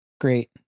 Great